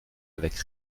avec